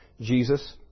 Jesus